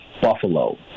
Buffalo